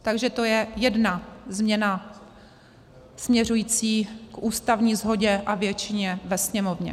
Takže to je jedna změna směřující k ústavní shodě a většině ve Sněmovně.